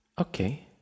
Okay